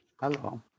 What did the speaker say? Hello